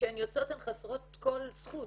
וכשהן יוצאות הן חסרות כל זכות.